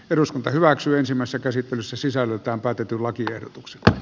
eduskunta hyväksyisimmassa käsittelyssä sisällöltään päätetyn lakiehdotuksesta